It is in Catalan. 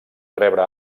rebre